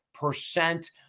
percent